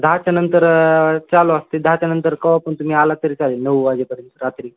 दहाच्या नंतर चालू असते दहाच्यानंतर केव्हा पण तुम्ही आला तरी चालेल नऊ वाजेपर्यंत रात्री का